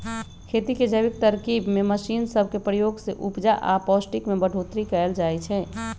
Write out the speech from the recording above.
खेती के जैविक तरकिब में मशीन सब के प्रयोग से उपजा आऽ पौष्टिक में बढ़ोतरी कएल जाइ छइ